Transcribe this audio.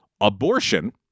abortion